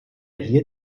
hier